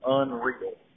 unreal